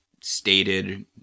stated